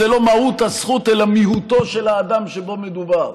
זה לא מהות הזכות אלא מיהותו של האדם שבו מדובר.